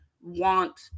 want